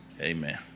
amen